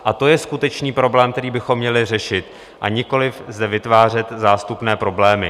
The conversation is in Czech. A to je skutečný problém, který bychom měli řešit, a nikoli zde vytvářet zástupné problémy.